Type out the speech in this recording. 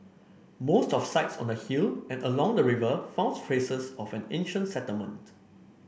most of sites on the hill and along the river found traces of an ancient settlement